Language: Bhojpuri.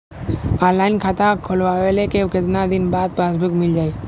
ऑनलाइन खाता खोलवईले के कितना दिन बाद पासबुक मील जाई?